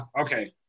okay